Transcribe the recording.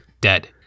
dead